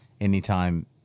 Anytime